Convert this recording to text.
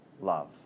love